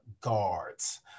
guards